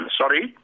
sorry